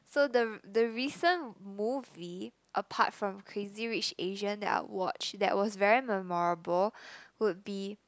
so the the recent movie apart from crazy rich asian that I watched that was very memorable would be